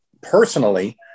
personally